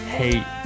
hate